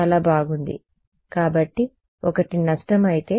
చాలా బాగుంది కాబట్టి ఒకటి నష్టం అయితే